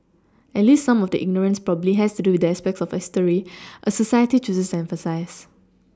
at least some of the ignorance probably has to do with the aspects of history a society chooses to emphasise